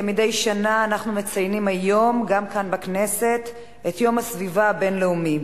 כמדי שנה אנחנו מציינים היום גם כאן בכנסת את יום הסביבה הבין-לאומי.